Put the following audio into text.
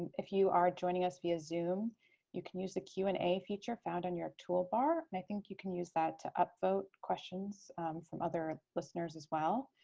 if you are joining us via zoom can use the q and a feature found on your toolbar and i think you can use that to upvote questions from other listeners as well.